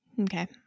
Okay